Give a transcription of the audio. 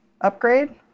upgrade